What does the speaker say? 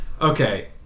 okay